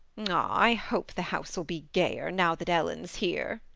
ah i hope the house will be gayer, now that ellen's here!